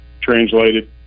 translated